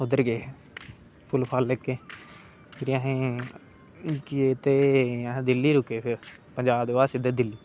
उद्धर गै हे फुल्ल फल लेइयै फिरी आसें दिल्ली रुके फिर पंजाब दे बाद सिद्धा दिल्ली